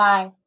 Bye